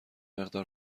مقدار